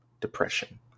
depression